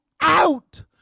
out